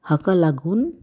हाका लागून